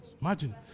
Imagine